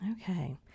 okay